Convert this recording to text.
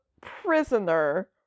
prisoner